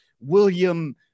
William